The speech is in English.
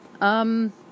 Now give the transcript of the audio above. Um